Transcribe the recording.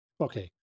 okay